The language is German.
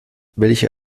welche